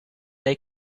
they